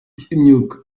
imyuka